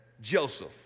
Joseph